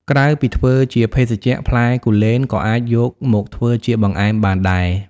ក្រៅពីធ្វើជាភេសជ្ជៈ ផ្លែគូលែនក៏អាចយកមកធ្វើជាបង្អែមបានដែរ។